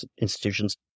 institutions